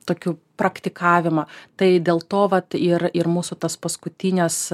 tokių praktikavimą tai dėl to vat ir ir mūsų tas paskutinės